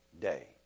day